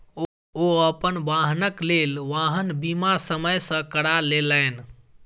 ओ अपन वाहनक लेल वाहन बीमा समय सॅ करा लेलैन